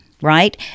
right